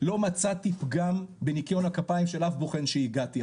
לא מצאתי פגם בניקיון הכפיים של אף הבוחן שהגעתי,